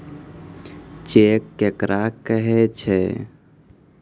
Cheque केकरा कहै छै?